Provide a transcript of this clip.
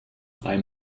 drei